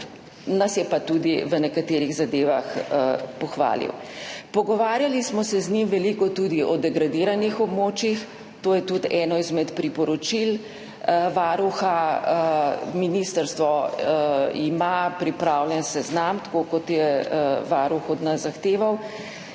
nas je pa tudi v nekaterih zadevah pohvalil. Z njim smo se veliko pogovarjali tudi o degradiranih območjih, to je tudi eno izmed priporočil Varuha, ministrstvo ima pripravljen seznam, tako kot je Varuh od nas zahteval,